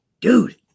dude